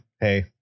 hey